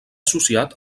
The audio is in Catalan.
associat